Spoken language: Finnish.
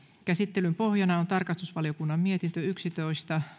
käsittelyn pohjana on tarkastusvaliokunnan mietintö yksitoista